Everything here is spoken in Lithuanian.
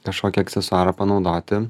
kažkokį aksesuarą panaudoti